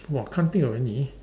!wah! can't think of any